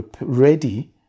ready